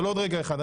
אבל עוד רגע אחד.